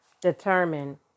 determine